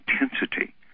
intensity